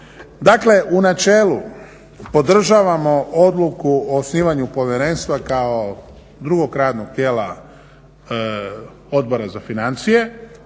Dakle, u načelu podržavamo odluku o osnivanju povjerenstva kao drugog radnog tijela Odbora za financije